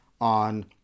on